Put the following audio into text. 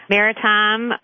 Maritime